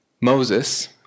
Moses